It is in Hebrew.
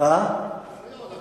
מפריע לך.